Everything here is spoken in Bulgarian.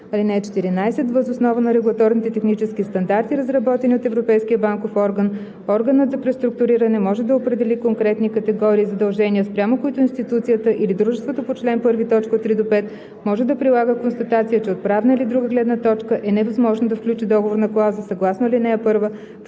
(14) Въз основа на регулаторните технически стандарти, разработени от ЕБО, органът за преструктуриране може да определи конкретни категории задължения, спрямо които институцията или дружеството по чл. 1, т. 3 – 5 може да прилага констатация, че от правна или друга гледна точка е невъзможно да включи договорна клауза съгласно ал. 1